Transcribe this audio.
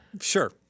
Sure